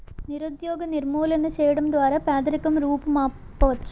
నిరుద్యోగ నిర్మూలన చేయడం ద్వారా పేదరికం రూపుమాపవచ్చు